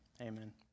amen